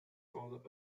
father